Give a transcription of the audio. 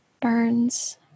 burns